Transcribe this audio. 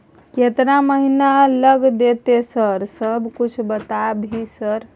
केतना महीना लग देतै सर समय कुछ बता भी सर?